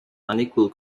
unequal